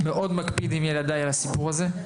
מקפיד מאוד עם ילדי על הסיפור הזה.